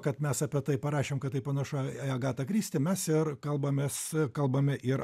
kad mes apie tai parašėm kad tai panašu į agatą kristi mes ir kalbamės kalbame ir